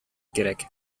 кирәк